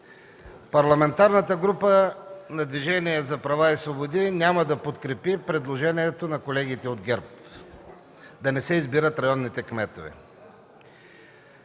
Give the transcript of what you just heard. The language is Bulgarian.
Парламентарната група на Движение за права и свободи няма да подкрепи предложението на колегите от ГЕРБ да не се избират районните кметове.